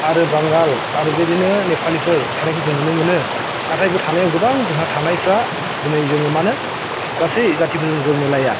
आरो बांगाल आरो बेदिनो नेपालिफोर थानायखौ जों नुनो मोनो नाथाय बाव थानायाव गोबां जोंहा थानायफ्रा दिनै जोङो मानो गासै जाथिफोरजों जों मिलाया